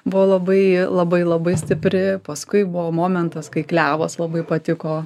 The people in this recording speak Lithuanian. buvo labai labai labai stipri paskui buvo momentas kai klevas labai patiko